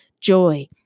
joy